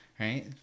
Right